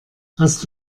hast